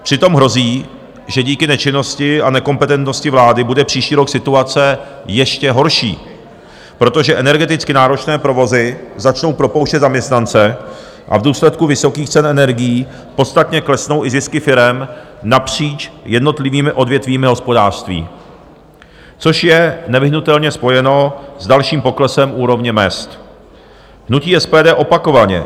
Přitom hrozí, že díky nečinnosti a nekompetentnosti vlády bude příští rok situace ještě horší, protože energeticky náročné provozy začnou propouštět zaměstnance a v důsledku vysokých cen energií podstatně klesnou i zisky firem napříč jednotlivými odvětvími hospodářství, což je nevyhnutelně spojeno s dalším poklesem úrovně mezd.